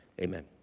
Amen